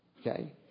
Okay